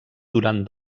durant